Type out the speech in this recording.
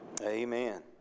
Amen